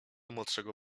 młodszego